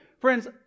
Friends